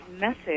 message